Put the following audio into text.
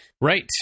Right